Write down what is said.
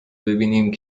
ببینیم